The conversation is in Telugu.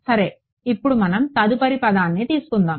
సరే ఇప్పుడు మనం తదుపరి పదాన్ని తీసుకుందాం